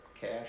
cash